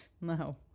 No